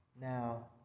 Now